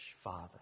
Father